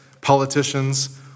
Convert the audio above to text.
Politicians